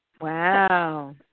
Wow